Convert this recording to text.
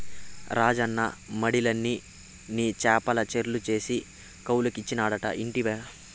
రాజన్న మడిలన్ని నీ చేపల చెర్లు చేసి కౌలుకిచ్చినాడట ఇంటివా